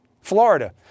Florida